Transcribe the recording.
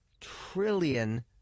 trillion